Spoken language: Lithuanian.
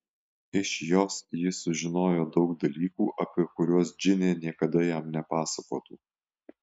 iš jos jis sužinojo daug dalykų apie kuriuos džinė niekada jam nepasakotų